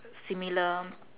similar